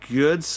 good